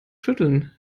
schütteln